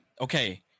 Okay